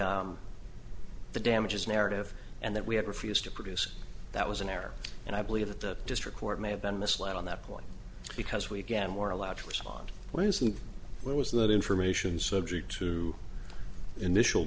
the the damages narrative and that we had refused to produce that was in air and i believe that the district court may have been misled on that point because we again were allowed to respond when was that information subject to initial